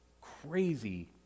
crazy